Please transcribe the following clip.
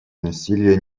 насилие